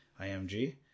IMG